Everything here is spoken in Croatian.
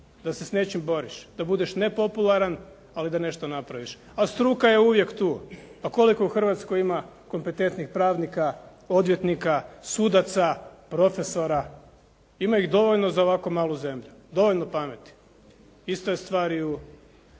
da se s nečim boriš, da budeš nepopularan ali da nešto napraviš, a struka je uvijek tu. A koliko u Hrvatskoj ima kompetentnih pravnika, odvjetnika, sudaca, profesora. Ima ih dovoljno za ovako malu zemlju, dovoljno pametnih. Ista je stvar i u